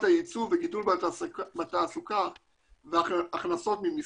הייצוא והגידול בתעסוקה וההכנסות ממסים,